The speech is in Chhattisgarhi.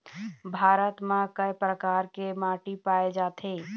भारत म कय प्रकार के माटी पाए जाथे?